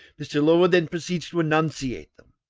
mr. lowell then proceeds to enunciate them,